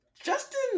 Justin